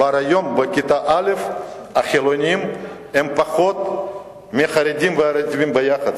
כבר היום בכיתה א' יש פחות חילונים מהחרדים ומהערבים ביחד.